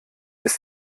ist